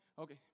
Okay